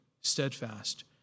steadfast